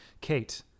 Kate